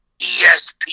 ESPN